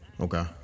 okay